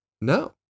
No